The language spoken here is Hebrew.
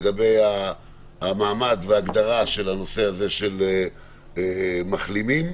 לגבי ההגדרה של מחלימים,